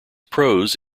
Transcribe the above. prose